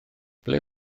ble